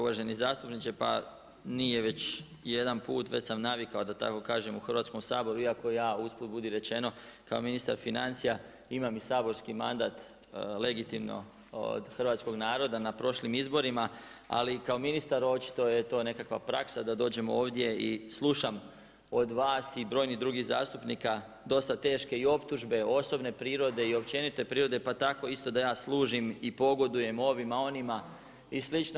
Uvaženi zastupniče, pa nije već jedan put, već sam navikao da tako kažem u Hrvatskom saboru, iako ja, usput biti rečeno kao ministar financija imam i saborski mandat legitimno od hrvatskog naroda na prošlim izborima ali kao ministar očito je to nekakva praksa da dođem ovdje i slušam od vas i brojnih drugih zastupnika dosta teške i optužbe, osobne prirode i općenite prirode pa tako isto da ja služim i pogodujem ovima, onima i slično.